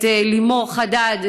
את לימור חדד,